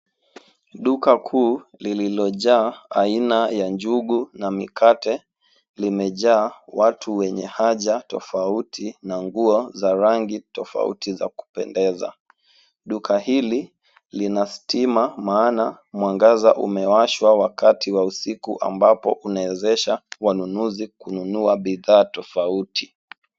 Duka kuu lililojaa aina ya njugu na mikate, limejaa watu wenye haja tofauti, na nguo za rangi tofauti za kupendeza. Duka hili lina stima maana mwangaza umewashwa wakati wa usiku ambapo unawezesha wanunuzi kununua bidhaa tofauti.